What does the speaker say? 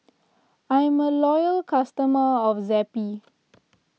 I'm a loyal customer of Zappy